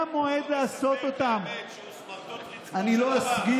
את האמת, שהוא סמרטוט רצפה של, הוא לא יכול,